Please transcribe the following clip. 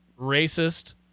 racist